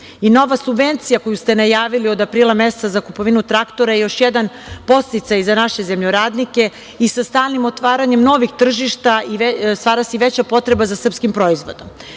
i nova subvencija koju ste najavili od aprila meseca za kupovinu traktora je još jedan podsticaj za naše zemljoradnike i sa stalnim otvaranjem novih tržišta stvara se i veća potreba za srpskim proizvodom. Koliko